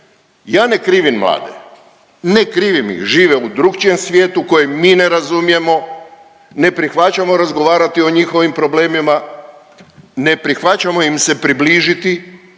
ja ne krivim mlade, ne krivim ih, žive u drukčijem svijetu kojeg mi ne razumijemo, ne prihvaćamo razgovarati o njihovim problemima, ne prihvaćamo im se približiti